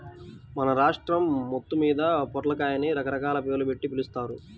మన రాష్ట్రం మొత్తమ్మీద పొట్లకాయని రకరకాల పేర్లుబెట్టి పిలుస్తారు